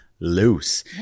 loose